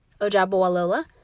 ojabawalola